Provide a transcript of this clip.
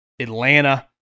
Atlanta